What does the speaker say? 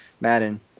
Madden